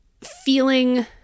feeling